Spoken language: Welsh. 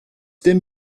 dim